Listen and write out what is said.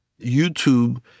YouTube